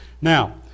now